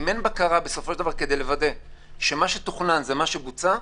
אם אין בקרה בסופו של דבר כדי לוודא שמה שתוכנן זה מה שבוצע,